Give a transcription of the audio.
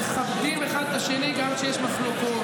מכבדים אחד את השני גם כשיש מחלוקות,